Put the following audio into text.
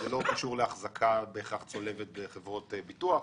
זה לא קשור להחזקה צולבת בחברות ביטוח.